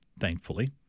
thankfully